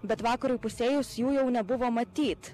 bet vakarui įpusėjus jų jau nebuvo matyt